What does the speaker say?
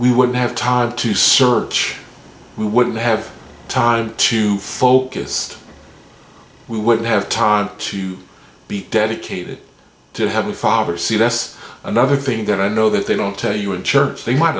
we would have time to search we wouldn't have time to focus we would have time to be dedicated to have a father see that's another thing that i know that they don't tell you in church they might